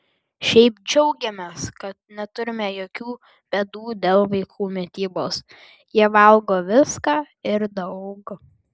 šiaip džiaugiamės kad neturime jokių bėdų dėl vaikų mitybos jie valgo viską ir daug